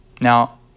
Now